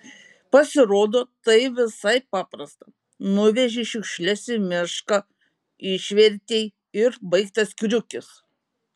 pasirodo tai visai paprasta nuvežei šiukšles į mišką išvertei ir baigtas kriukis